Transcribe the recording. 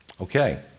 Okay